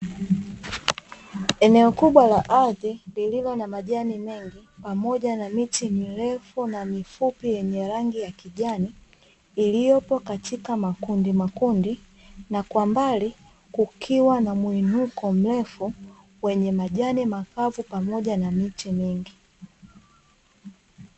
Eneo kubwa la ardhi, lililo na majani mengi pamoja na miti mirefu na mifupi yenye rangi ya kijani, iliyopo kwenye makundimakundi na kwa mbali kukiwa na mwinuko mrefu wenye majani makavu pamoja na miti mingi,